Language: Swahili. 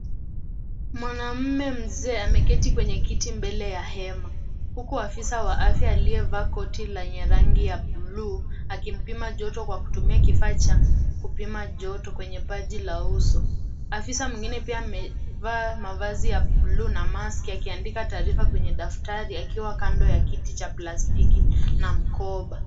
Mwanume mzee ameketi kwenye kiti mbele ya hema, huku afisa wa afya aliyevaa koti lenye rangi ya bluu, akimpima joto kutumia kifaa cha kpima joto kwenye paji la uso. Afisa mwengine pia amevaa mavazi ya bluu na Mask akiandika taarifa kwenye daftari akiwa kando ya kiti cha plastiki na mkoba.